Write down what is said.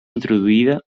introduïda